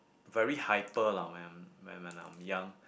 very hyper lah when when I'm I'm young